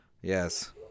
Yes